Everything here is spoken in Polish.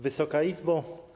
Wysoka Izbo!